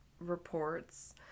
reports